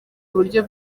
uburyo